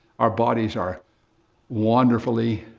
our bodies are wonderfully,